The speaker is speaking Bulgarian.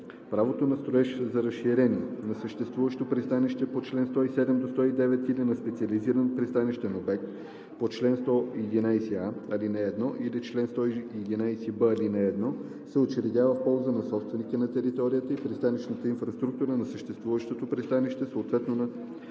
Правото на строеж за разширение на съществуващо пристанище по чл. 107 – 109 или на специализиран пристанищен обект по чл. 111а, ал. 1 или чл. 111б, ал. 1 се учредява в полза на собственика на територията и пристанищната инфраструктура на съществуващото пристанище, съответно на